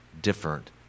different